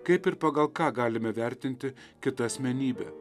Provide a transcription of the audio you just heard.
kaip ir pagal ką galime vertinti kitą asmenybę